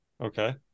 Okay